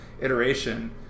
iteration